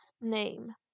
name